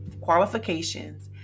qualifications